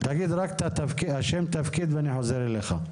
תגיד שם ותפקיד ואני חוזר אליך.